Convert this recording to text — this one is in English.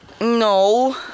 No